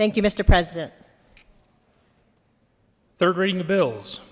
thank you mister president third reading the bills